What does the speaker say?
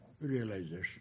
realization